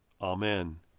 Amen